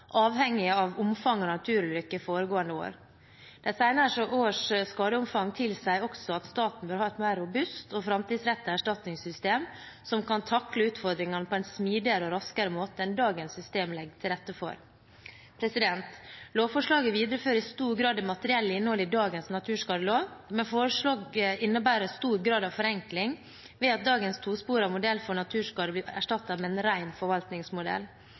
avhengig av omfanget av naturulykker foregående år. De senere års skadeomfang tilsier også at staten bør ha et mer robust og framtidsrettet erstatningssystem som kan takle utfordringene på en smidigere og raskere måte enn dagens system legger til rette for. Lovforslaget viderefører i stor grad det materielle innholdet i dagens naturskadelov, men forslaget innebærer en stor grad av forenkling, ved at dagens tosporede modell for naturskadesaker blir erstattet med en ren forvaltningsmodell.